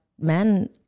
men